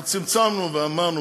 אנחנו צמצמנו ואמרנו,